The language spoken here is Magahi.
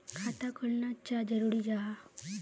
खाता खोलना चाँ जरुरी जाहा?